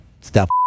stop